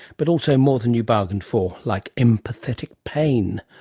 but also more than you bargained for, like empathetic pain.